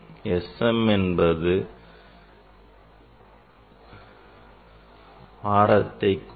Sm என்பது தரப்பை குறிக்கும்